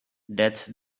death